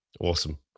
Awesome